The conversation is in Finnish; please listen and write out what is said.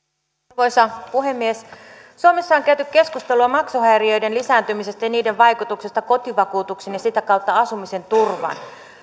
arvoisa puhemies suomessa on käyty keskustelua maksuhäiriöiden lisääntymisestä ja niiden vaikutuksesta kotivakuutukseen ja sitä kautta asumisen turvaan